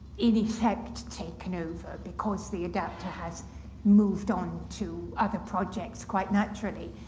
in effect, taken over, because the adapter has moved on to other projects, quite naturally.